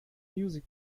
music